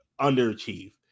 underachieve